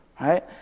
right